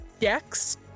Dex